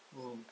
mm